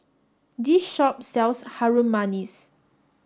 this shop sells Harum Manis